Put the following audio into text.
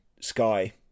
Sky